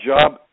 job